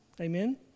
Amen